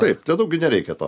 taip ten daug gi nereikia to